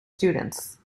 students